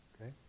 Okay